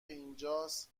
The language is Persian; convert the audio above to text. اینجاس